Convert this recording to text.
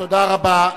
תודה רבה.